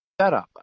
setup